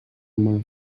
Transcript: mar